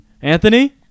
Anthony